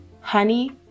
Honey